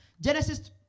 Genesis